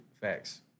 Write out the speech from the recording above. Facts